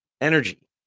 energy